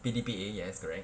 P_D_P_A yes correct